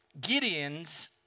Gideon's